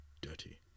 dirty